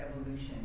evolution